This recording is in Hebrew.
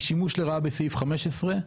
היא שימוש לרעה בסעיף 15,